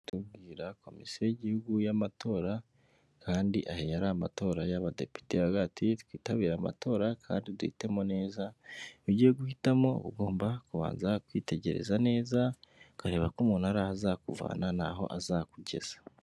Baratumbwira komisiyo y'igihugu y'amatora, kandi aya yari amatora y'abadepite, baratumbwira bati twitabire amatora kandi duhitemo neza. Iyo ugiye guhitamo ugomba kubanza kwitegereza neza, ukareba ko umuntu hari aho azakuvana n'aho azakugeza.